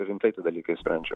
rimtai tie dalykai sprendžia